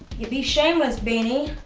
your be shameless beanie.